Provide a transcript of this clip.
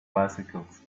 bicycles